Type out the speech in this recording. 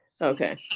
Okay